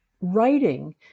writing